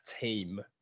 team